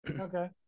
Okay